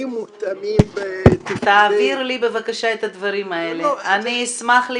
מותאמים ב --- תעביר לי את הדברים האלה --- לא --- אדוני,